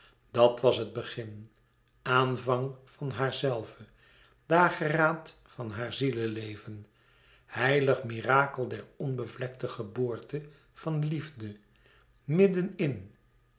dat was het begin aanvang van haarzelve dageraad van haar zieleleven heilig mirakel der onbevlekte geboorte van liefde midden in in